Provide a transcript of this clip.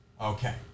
Okay